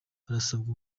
harasabwa